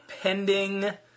pending